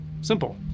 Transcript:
Simple